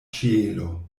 ĉielo